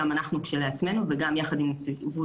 גם אנחנו כשלעצמנו וגם יחד עם נציבות